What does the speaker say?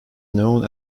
known